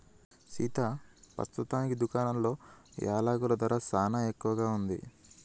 సీతా పస్తుతానికి దుకాణాలలో యలకుల ధర సానా ఎక్కువగా ఉంది